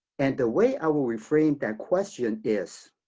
and the way i will reframe that question is,